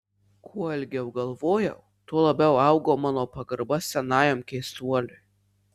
kuo ilgiau galvojau tuo labiau augo mano pagarba senajam keistuoliui